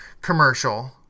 commercial